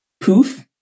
poof